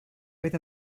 oedd